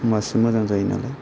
होमबासो मोजां जायो नालय